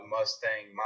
Mustang